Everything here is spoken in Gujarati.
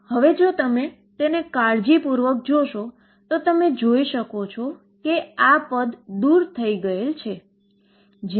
તેથી જો હું En કે જે n2222mL2 જુઓ છો તે 1 ની બરાબર હશે